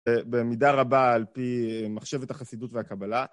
במידה רבה על פי מחשבת החסידות והקבלה.